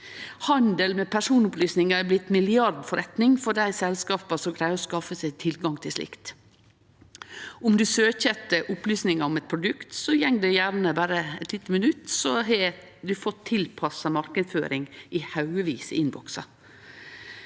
Handel med personopplysningar er blitt milliardforretning for dei selskapa som greier å skaffe seg tilgang til slikt. Om ein søkjer etter opplysningar om eit produkt, går det gjerne berre eit lite minutt før ein har fått tilpassa marknadsføring i haugevis i innboksen.